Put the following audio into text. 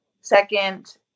Second